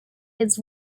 his